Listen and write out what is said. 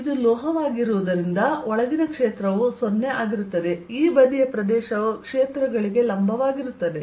ಇದು ಲೋಹವಾಗಿರುವುದರಿಂದ ಒಳಗಿನ ಕ್ಷೇತ್ರವು 0 ಆಗಿರುತ್ತದೆ ಈ ಬದಿಯ ಪ್ರದೇಶವು ಕ್ಷೇತ್ರಗಳಿಗೆ ಲಂಬವಾಗಿರುತ್ತದೆ